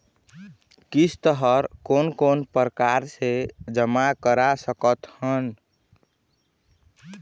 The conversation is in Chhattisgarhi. किस्त हर कोन कोन प्रकार से जमा करा सकत हन?